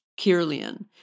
Kirlian